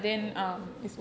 oh